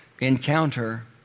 encounter